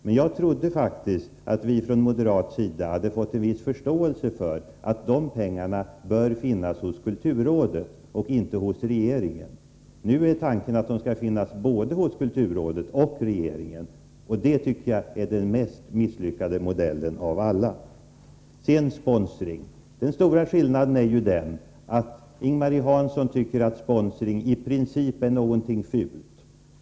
Men jag trodde faktiskt att vi moderater hade fått en viss förståelse för vår uppfattning att de pengarna bör finnas hos kulturrådet och inte hos regeringen. Nu är tanken att pengarna skall finnas både hos kulturrådet och hos regeringen. Det är den mest misslyckade modellen av alla. Den stora skillnaden mellan oss när det gäller sponsring är att Ing-Marie Hansson tycker att sponsring i princip är någonting fult.